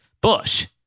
Bush